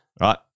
right